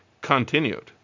continued